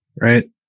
right